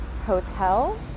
Hotel